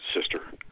sister